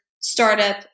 startup